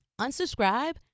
Unsubscribe